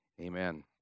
amen